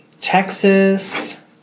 Texas